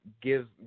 give